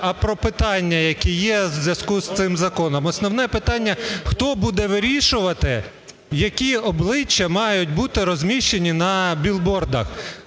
а про питання, які є у зв'язку з цим законом. Основне питання, хто буде вирішувати, які обличчя мають бути розміщені на білбордах,